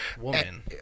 Woman